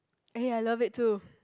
eh I love it too